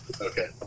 Okay